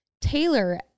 Taylor